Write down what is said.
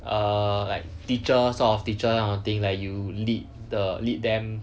err like teacher sort of teacher kind of thing like you lead the lead them